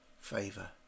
favor